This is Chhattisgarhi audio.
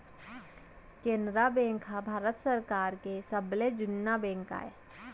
केनरा बेंक ह भारत सरकार के सबले जुन्ना बेंक आय